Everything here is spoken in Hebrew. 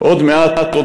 // עוד מעט, עוד